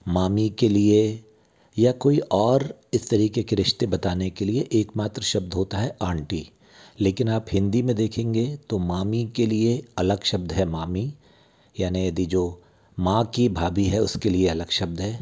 मामी के लिए या कोई और इस तरीके के रिश्ते बताने के लिए एकमात्र शब्द होता है आंटी लेकिन आप हिन्दी में देखेंगे तो मामी के लिए अलग शब्द है मामी याने यदि जो माँ की भाभी है उसके लिए अलग शब्द है